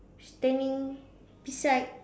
standing beside